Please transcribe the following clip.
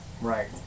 Right